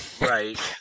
right